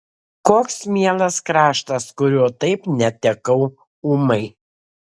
koks mielas kraštas kurio taip netekau ūmai